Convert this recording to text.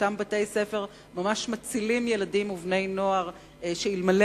אותם בתי-הספר ממש מצילים ילדים ובני נוער שאלמלא